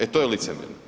E to je licemjerno.